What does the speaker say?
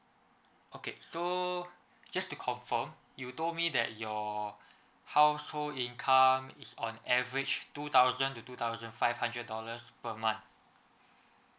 okay so just to confirm you told me that your household income is on average two thousand to two thousand five hundred dollars per month